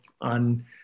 on